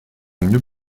mieux